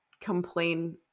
complain